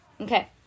Okay